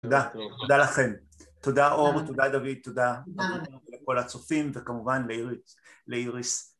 תודה, תודה לכם, תודה אור, תודה דוד, תודה לכל הצופים וכמובן לאיריס